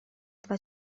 два